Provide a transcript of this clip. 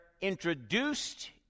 introduced